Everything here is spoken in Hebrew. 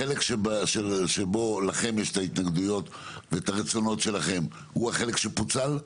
החלק שבו לכם יש את ההתנגדויות ואת הרצונות שלכם הוא החלק שפוצל?